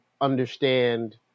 understand